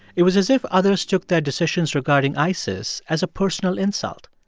it was as if others took their decisions regarding isis as a personal insult.